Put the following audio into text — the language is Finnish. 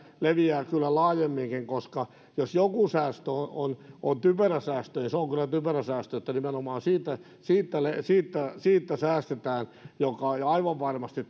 leviää laajemminkin koska jos joku säästö on on typerä säästö niin se on kyllä typerä säästö että nimenomaan siitä siitä säästetään joka aivan varmasti